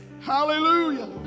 Hallelujah